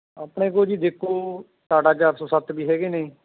ਆਪਣੇ ਕੋਲ ਜੀ ਦੇਖੋ ਟਾਟਾ ਚਾਰ ਸੌ ਸੱਤ ਵੀ ਹੈਗੇ ਨੇ